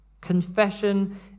Confession